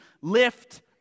lift